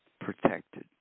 protected